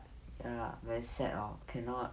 ya lah very sad lor cannot